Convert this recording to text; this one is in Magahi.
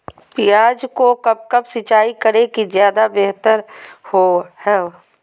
प्याज को कब कब सिंचाई करे कि ज्यादा व्यहतर हहो?